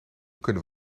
kunnen